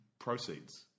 Proceeds